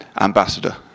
Ambassador